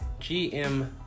GM